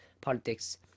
politics